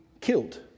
killed